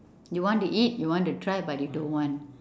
you want to eat you want to try but you don't want